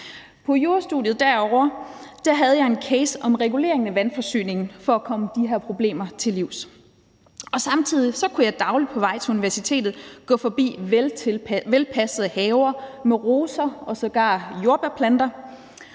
På jurastudiet derovre havde jeg en case om regulering af vandforsyningen for at komme de her problemer til livs, og samtidig kunne jeg dagligt på vej til universitetet gå forbi velpassede haver med roser og sågar jordbærplanter.